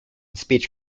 speech